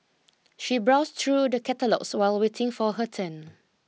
she browsed through the catalogues while waiting for her turn